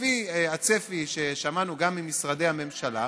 שלפי הצפי ששמענו גם ממשרדי הממשלה,